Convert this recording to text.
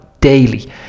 daily